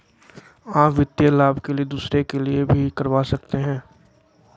आ वित्तीय लाभ के लिए दूसरे के लिए भी करवा सकते हैं?